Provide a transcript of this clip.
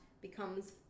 becomes